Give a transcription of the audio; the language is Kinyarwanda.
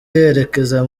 yerekeza